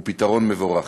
הוא פתרון מבורך.